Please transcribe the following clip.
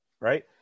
right